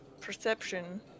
perception